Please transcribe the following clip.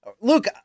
Luke